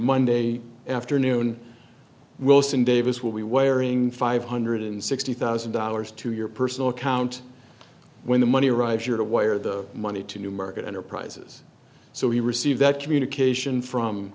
monday afternoon wilson davis will be wearing five hundred and sixty thousand dollars to your personal account when the money arrives you're to wire the money to new market enterprises so he received that communication from